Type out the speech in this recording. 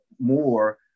more